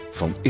van